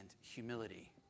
humility